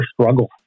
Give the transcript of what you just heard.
struggle